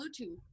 Bluetooth